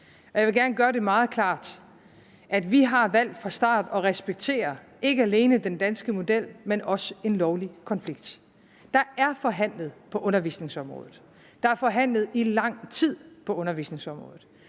Jeg vil gerne gøre det meget klart, at vi har valgt fra start at respektere ikke alene den danske model, men også en lovlig konflikt. Der er forhandlet på undervisningsområdet. Der er forhandlet i lang tid på undervisningsområdet.